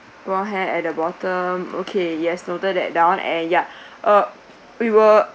brown hair at the bottom okay yes noted that down and ya or we will